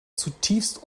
zutiefst